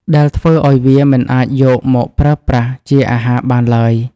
ដែលធ្វើឱ្យវាមិនអាចយកមកប្រើប្រាស់ជាអាហារបានឡើយ។